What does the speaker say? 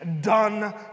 done